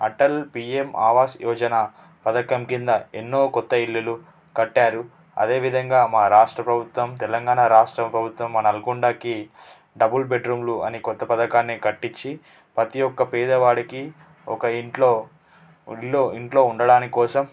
Atal PM Awas Yojana పథకం కింద ఎన్నో కొత్త ఇల్లులు కట్టారు అదేవిధంగా మా రాష్ట్ర ప్రభుత్వం తెలంగాణ రాష్ట్ర ప్రభుత్వం మా నల్గొండకి డబుల్ బెడ్ రూమ్లు అని కొత్త పథకాన్ని కట్టిచ్చి ప్రతి ఒక్క పేదవాడికి ఒక ఇంట్లో ఇళ్ళో ఇంట్లో ఉండడానికోసం